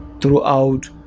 throughout